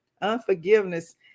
unforgiveness